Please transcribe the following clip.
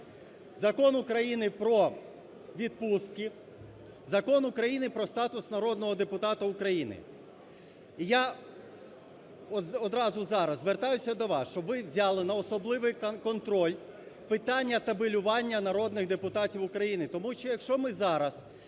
Закон України "Про відпустки", Закон України про статус народного депутата України. І я одразу зараз звертаюсь до вас, щоб ви взяли на особливий контроль питання табелювання народних депутатів України. Тому що, якщо ми зараз